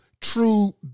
true